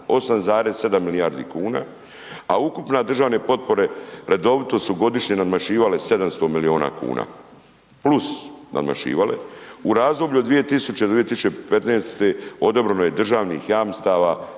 8,7 milijardi kuna, a ukupne državne potpore redovito su godišnje nadmašivale 700 miliona kuna, plus nadmašivale. U razdoblju od 2000. do 2015. odobreno je državnih jamstava